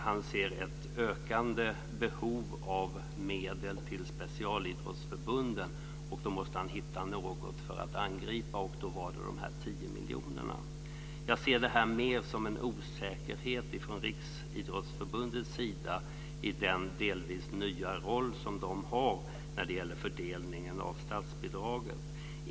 Han ser ett ökande behov av medel till specialidrottsförbunden, och behövde hitta något att angripa. Då blev det de här tio miljonerna. Jag ser det mer som en osäkerhet från Riksidrottsförbundets sida i den delvis nya roll som de har när det gäller fördelningen av statsbidragen.